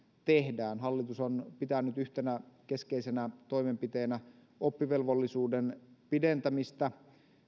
tehdään hallitus on pitänyt yhtenä keskeisenä toimenpiteenä oppivelvollisuuden pidentämistä